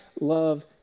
love